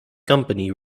company